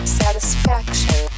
satisfaction